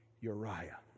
Uriah